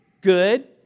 good